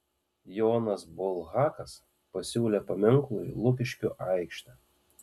jonas bulhakas pasiūlė paminklui lukiškių aikštę